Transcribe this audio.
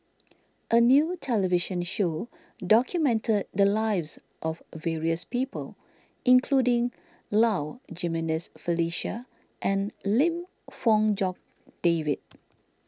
a new television show documented the lives of various people including Low Jimenez Felicia and Lim Fong Jock David